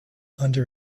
under